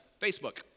Facebook